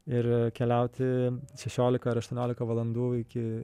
ir keliauti šešiolika ar aštuoniolika valandų iki